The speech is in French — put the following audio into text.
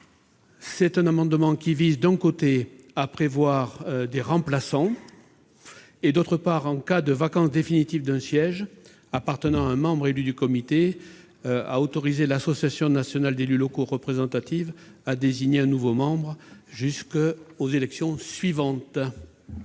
CFL. L'amendement tend, d'une part, à prévoir des remplaçants et, d'autre part, en cas de vacance définitive d'un siège appartenant à un membre élu du Comité, à autoriser l'association nationale d'élus locaux représentative à désigner un nouveau membre jusqu'aux élections suivantes.